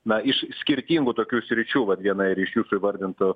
na iš skirtingų tokių sričių vat viena ir iš jūsų įvardintų